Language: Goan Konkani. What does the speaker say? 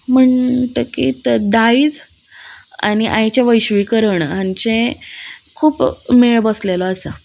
म्हणटकीत दायज आनी आयचें वैश्वीकरण हांचें खूब मेळ बसलेलो आसा